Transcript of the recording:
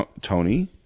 Tony